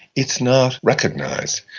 it's not recognised.